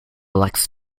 elects